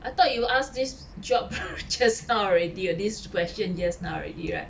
I thought you will ask this job just now already this question just now already right